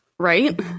right